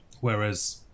whereas